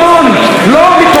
לא מתומכי הליכוד.